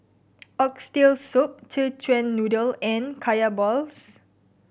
Oxtail Soup Szechuan Noodle and Kaya balls